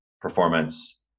performance